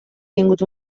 tingut